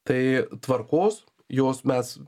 tai tvarkos jos mes